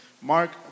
Mark